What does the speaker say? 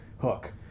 hook